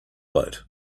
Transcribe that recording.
boat